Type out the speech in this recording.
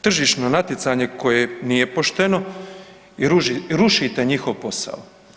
Tržišno natjecanje koje nije pošteno i rušite njihov posao.